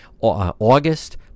august